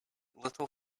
little